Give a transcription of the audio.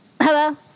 Hello